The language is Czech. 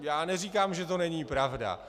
Já neříkám, že to není pravda.